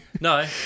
no